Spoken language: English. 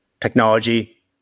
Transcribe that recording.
technology